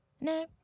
No